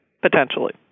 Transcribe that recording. Potentially